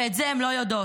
ואת זה הן לא יודעות.